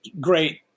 great